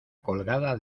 colgada